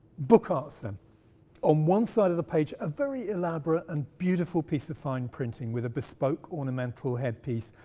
book arts, then on one side of the page a very elaborate and beautiful piece of fine printing with a bespoke ornamental headpiece,